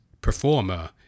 performer